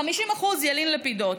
50% ילין לפידות.